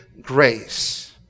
grace